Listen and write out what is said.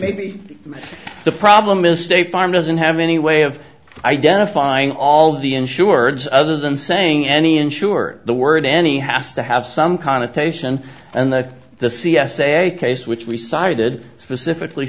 maybe the problem is stay farm doesn't have any way of identifying all the insureds other than saying any insurer the word any has to have some connotation and that the c s a case which we cited specifically